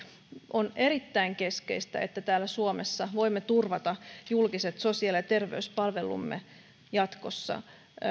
on erittäin keskeistä että täällä suomessa voimme turvata julkiset sosiaali ja terveyspalvelumme jatkossa